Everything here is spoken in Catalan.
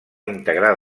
integrar